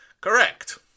Correct